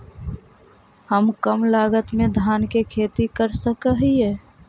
हम कम लागत में धान के खेती कर सकहिय?